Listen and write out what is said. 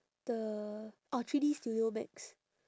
the oh three D studio max